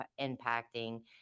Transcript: impacting